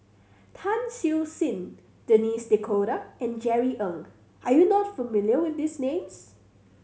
Tan Siew Sin Denis D'Cotta and Jerry Ng are you not familiar with these names